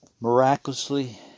miraculously